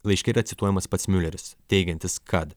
laiške yra cituojamas pats miuleris teigiantis kad